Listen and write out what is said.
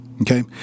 Okay